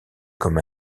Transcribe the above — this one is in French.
comme